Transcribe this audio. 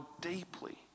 deeply